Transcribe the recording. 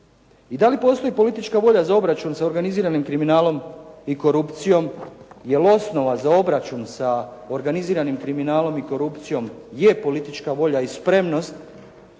I da li postoji politička volja za obračun sa organiziranim kriminalom i korupcijom? Jer osnova za obračun sa organiziranim kriminalom i korupcijom je politička volja i spremnost